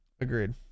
agreed